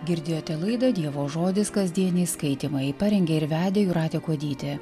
girdėjote laidą dievo žodis kasdieniai skaitymai parengė ir vedė jūratė kuodytė